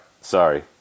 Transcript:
Sorry